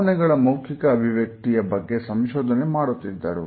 ಭಾವನೆಗಳ ಮೌಖಿಕ ಅಭಿವ್ಯಕ್ತಿಯ ಬಗ್ಗೆ ಸಂಶೋಧನೆ ಮಾಡುತ್ತಿದ್ದರು